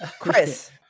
Chris